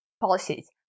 policies